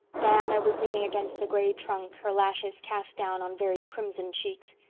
diana was leaning against the gray trunk, her lashes cast down on very crimson cheeks.